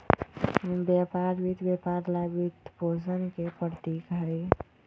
व्यापार वित्त व्यापार ला वित्तपोषण के प्रतीक हई,